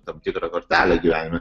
tam tikrą kortelę gyvenime